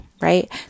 Right